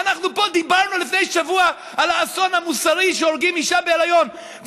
אנחנו פה דיברנו לפני שבוע על האסון המוסרי שהורגים אישה בהיריון,